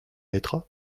mettra